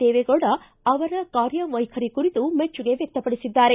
ದೇವೇಗೌಡ ಅವರ ಕಾರ್ಯ ವೈಖರಿ ಕುರಿತು ಮೆಚ್ಚುಗೆ ವ್ನಕ್ತಪಡಿಸಿದ್ದಾರೆ